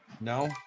No